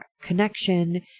connection